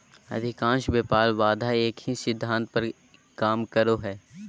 अधिकांश व्यापार बाधा एक ही सिद्धांत पर काम करो हइ